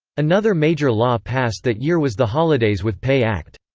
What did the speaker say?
another major law passed that year was the holidays with pay act.